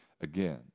again